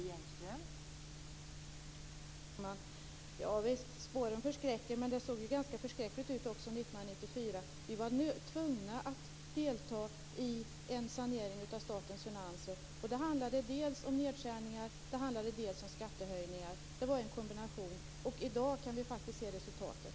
Fru talman! Javisst, spåren förskräcker. Det såg ganska förskräckligt ut 1994. Vi var tvungna att delta i en sanering av statens finanser. Det handlade dels om nedskärningar, dels om skattehöjningar. Det var en kombination. I dag kan vi faktiskt se resultatet.